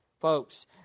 folks